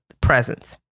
presence